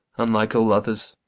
unlike all others,